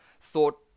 thought